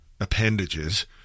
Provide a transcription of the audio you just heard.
appendages